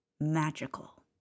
magical